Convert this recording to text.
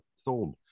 thorn